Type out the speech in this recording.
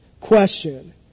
question